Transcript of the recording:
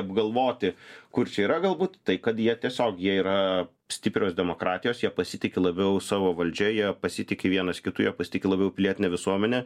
apgalvoti kur čia yra galbūt tai kad jie tiesiog jie yra stiprios demokratijos jie pasitiki labiau savo valdžia jie pasitiki vienas kitu jie pasitiki labiau pilietine visuomene